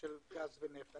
של גז ונפט.